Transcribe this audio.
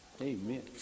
Amen